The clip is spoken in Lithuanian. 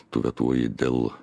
tu vetuoji dėl